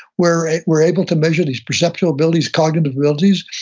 where we're able to measure these perceptual abilities, cognitive abilities,